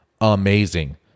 amazing